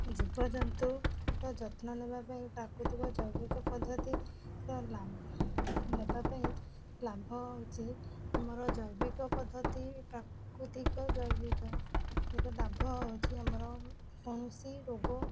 ଜୀବଜନ୍ତୁର ଯତ୍ନ ନେବା ପାଇଁ ପ୍ରାକୃତିକ ଜୈବିକ ପଦ୍ଧତିର ଲାଭ ନେବା ପାଇଁ ଲାଭ ହେଉଛି ଆମର ଜୈବିକ ପଦ୍ଧତି ପ୍ରାକୃତିକ ଜୈବିକର ଲାଭ ହେଉଛି ଆମର କୌଣସି ରୋଗ